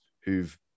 who've